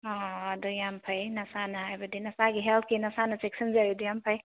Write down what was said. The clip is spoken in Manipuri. ꯑꯥ ꯑꯗꯨ ꯌꯥꯝ ꯐꯩ ꯅꯁꯥꯅ ꯍꯥꯏꯕꯗꯤ ꯅꯁꯥꯒꯤ ꯍꯦꯜꯊꯀꯤ ꯅꯁꯥꯅ ꯆꯦꯛꯁꯤꯟꯖꯔꯗꯤ ꯌꯥꯝ ꯐꯩ